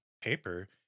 paper